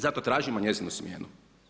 Zato tražimo njezinu smjenu.